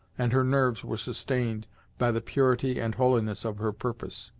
and her nerves were sustained by the purity and holiness of her purpose.